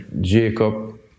Jacob